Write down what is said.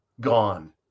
Gone